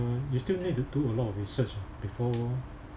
uh you still need to do a lot of research uh before